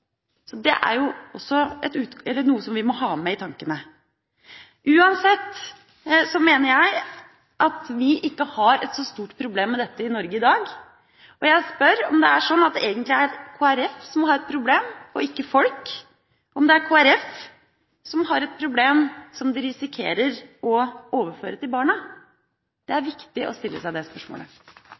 noe vi må ha i tankene. Uansett mener jeg at dette ikke er et stort problem i Norge i dag. Jeg spør om det er sånn at det egentlig er Kristelig Folkeparti som har et problem, og ikke andre, om det er Kristelig Folkeparti som har et problem – som de risikerer å overføre til barna. Det er viktig å stille seg dette spørsmålet.